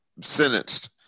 sentenced